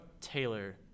Taylor